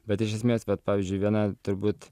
bet iš esmės vat pavyzdžiui viena turbūt